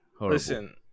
Listen